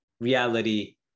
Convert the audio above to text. reality